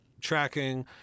tracking